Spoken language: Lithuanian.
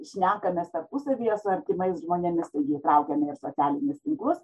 šnekamės tarpusavyje su artimais žmonėmis taigi įtraukėme ir socialinius tinklus